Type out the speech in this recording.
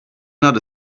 not